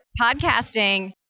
podcasting